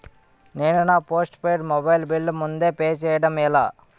నేను నా postpaid mobile bill ముందే పే చేయడం ఎలా?